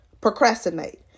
procrastinate